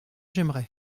j’aimerais